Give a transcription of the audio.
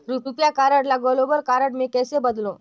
रुपिया कारड ल global card मे कइसे बदलव?